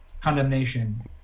condemnation